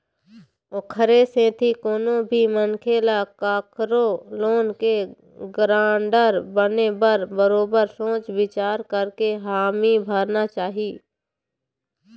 ओखरे सेती कोनो भी मनखे ल कखरो लोन के गारंटर बने बर बरोबर सोच बिचार करके हामी भरना चाही